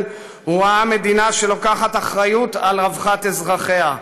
הוא ראה מדינה שלוקחת אחריות לרווחת אזרחיה,